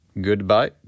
goodbye